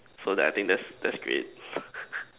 so that I think that's that's great